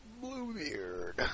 Bluebeard